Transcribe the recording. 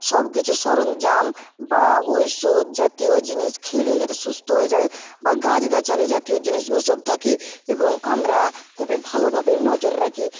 সবকিছু সরঞ্জাম বা ওষুধ জাতীয় জিনিস খেলে যাতে সুস্থ হয়ে যায় বা গাছগাছালি জাতীয় জিনিস ওসব থাকে এবং আমরা খুবই ভালভাবে নজর রাখি